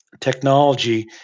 technology